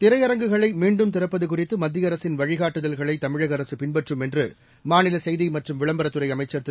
திரையரங்குகளை மீண்டும் திறப்பது குறித்து மத்திய அரசின் வழிகாட்டுதல்களை தமிழக அரசு பின்பற்றும் என்று மாநில செய்தி மற்றும் விளம்பரத் துறை அமைச்சர் திரு